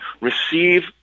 receive